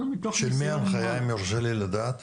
של מי ההנחייה, אם יורשה לי לדעת?